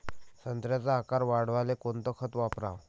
संत्र्याचा आकार वाढवाले कोणतं खत वापराव?